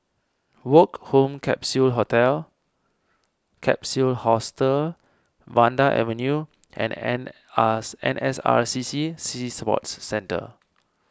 Woke Home Capsule Hotel Capsule Hostel Vanda Avenue and N R N S R C C Sea Sports Centre